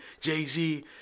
Jay-Z